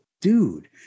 Dude